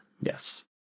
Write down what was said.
yes